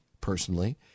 personally